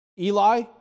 Eli